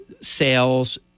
sales